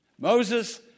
Moses